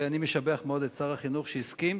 ואני משבח מאוד את שר החינוך שהסכים,